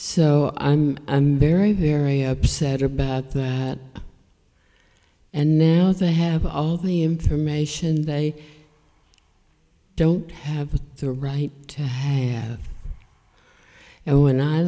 so i'm very very upset about that and now they have all the information they are i don't have the right to have and when i